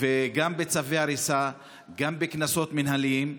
גם בצווי הריסה וגם בקנסות מינהליים.